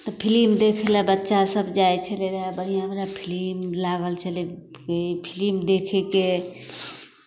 तऽ फिलिम देखय लेल बच्चासभ जाइ छलै रहए बढ़िआँ बढ़िआँ फिलिम लागल छलै फिलिम देखयके